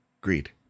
Greed